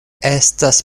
estas